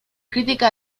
crítica